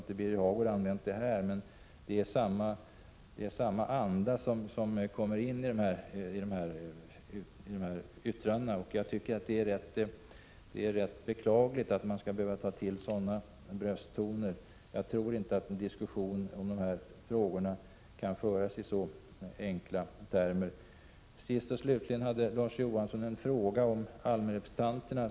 Birger Hagård har inte använt sådana argument här, men det är samma anda som kommer fram i hans yttranden. Det är beklagligt att man skall behöva ta till sådana brösttoner. Jag tror inte att en diskussion om dessa frågor kan föras i så enkla termer. Jag skall till sist försöka hinna med att besvara en fråga från Larz Johansson.